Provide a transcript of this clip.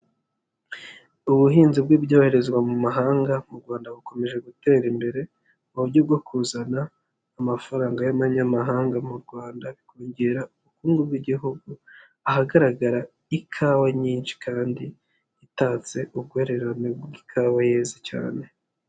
Ubuhinzi bw'ibyoherezwa mu mahanga mu Rwanda, bukomeje gutera imbere mu buryo bwo kuzana amafaranga y'abanyamahanga mu Rwanda bikongera ubukungu bw'igihugu, ahagaragara ikawa nyinshi kandi itatse uburwererane bw'ikawa yeze cyane.